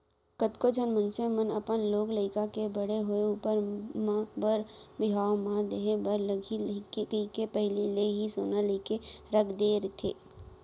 कतको झन मनसे मन अपन लोग लइका के बड़े होय ऊपर म बर बिहाव म देय बर लगही कहिके पहिली ले ही सोना लेके रख दे रहिथे